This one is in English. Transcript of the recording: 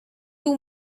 too